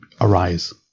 arise